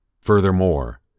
Furthermore